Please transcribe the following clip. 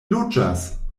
loĝas